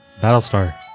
Battlestar